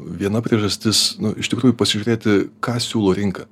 viena priežastis nu iš tikrųjų pasižiūrėti ką siūlo rinka